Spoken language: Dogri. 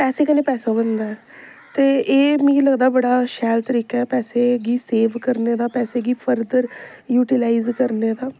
पैसे कन्नै पैसा बनदा ऐ ते एह् मिगी लगदा बड़ा शैल तरीका ऐ पैसे गी सेव करने दा पैसे गी फरदर यूटिलाइज करने दा